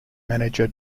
manager